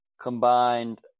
combined